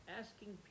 asking